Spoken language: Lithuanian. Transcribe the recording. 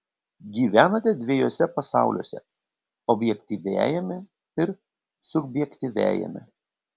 gyvenate dviejuose pasauliuose objektyviajame ir subjektyviajame